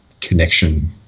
connection